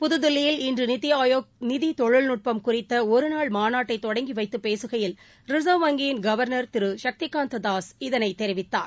புதுதில்லியில் இன்று நிதி ஆயோக் நிதி தொழில் நட்பம் குறித்த ஒருநாள் மாநாட்டை தொடங்கி வைத்தப் பேசுகையில் ரிசர்வ் வங்கியின் கவர்னர் திரு சக்தி காந்த தாஸ் இதைத் தெரிவித்தார்